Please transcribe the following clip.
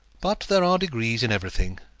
but there are degrees in everything,